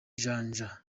janja